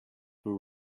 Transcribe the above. for